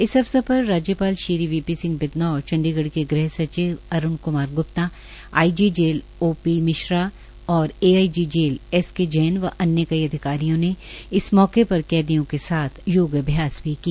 इस अवसर पर राज्यपाल वी पी सिंह बदनौर चंडीगढ़ के गृह सचिव Arun Kumar Gupta I G jail O P Mishra और AIG jail S K Jain व अन्य कई अधिकारियों ने इस मौके पर कैदियों के साथ योग अभ्यास भी किया